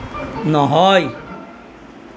নহয়